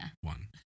One